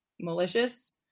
malicious